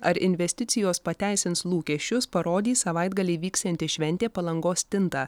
ar investicijos pateisins lūkesčius parodys savaitgalį vyksianti šventė palangos stinta